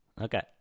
Okay